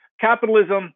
capitalism